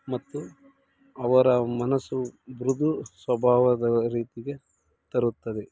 ಮತ್ತು ಅವರ ಮನಸು ಮೃದು ಸ್ವಭಾವದ ರೀತಿಗೆ ತರುತ್ತದೆ